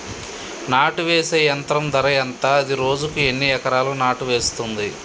నాటు వేసే యంత్రం ధర ఎంత? అది రోజుకు ఎన్ని ఎకరాలు నాటు వేస్తుంది?